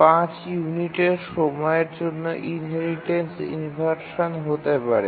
৫ ইউনিটের সময়ের জন্য ইনহেরিটেন্স ইনভারশান হতে পারে